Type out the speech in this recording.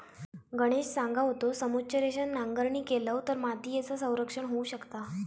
गणेश सांगा होतो, समोच्च रेषेन नांगरणी केलव तर मातीयेचा संरक्षण होऊ शकता